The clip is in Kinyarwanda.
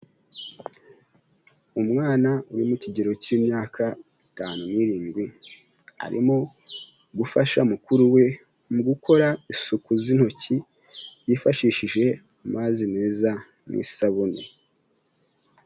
Umwana uri mu kigero cy'imyaka itanu n'irindwi arimo gufasha mukuru we mu gukora isuku z'intoki yifashishije amazi meza n'isabune.